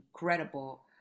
incredible